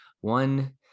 one